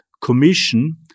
Commission